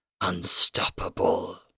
unstoppable